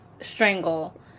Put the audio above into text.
strangle